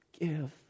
Give